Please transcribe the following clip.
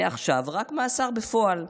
מעכשיו, רק מאסר בפועל.